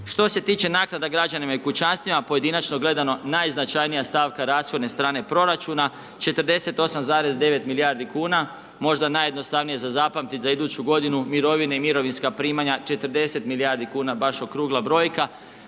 Što se tiče naknada građanima i kućanstvima, pojedinačno gledano, najznačajnija stavaka rashodne strane proračuna 48,9 milijardi kn, možda najjednostavnije za zapamtiti za iduću g. mirovine i mirovinska primanja 40 milijardi kn, baš okrugla brojka.